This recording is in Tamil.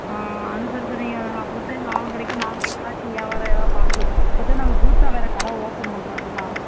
ஆ அனுசரித்து நீீங்கள் அப்படித்தான் லாபம் கிடைக்கும் நாங்கள் ஏதாச்சு வியாவாரம் எதாவது பார்க்கு இப்போத்தான் நாங்கள் புதுசாக வேறு கடை ஓப்பன் பண்ணுறோம் இப்போத்தான்